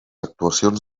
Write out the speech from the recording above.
actuacions